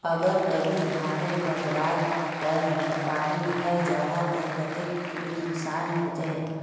अगर कभी धानेर कटवार टैमोत पानी है जहा ते कते खुरी नुकसान होचए?